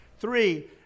Three